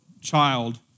child